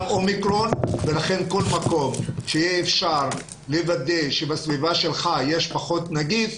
אומיקרון ולכן כל מקום שיהיה אפשר לוודא שבסביבה שלך יש פחות נגיף,